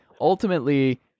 ultimately